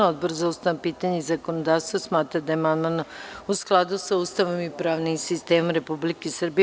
Odbor za ustavna pitanja i zakonodavstvo smatra da je amandman u skladu sa Ustavom i pravnim sistemom Republike Srbije.